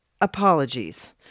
Apologies